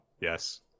yes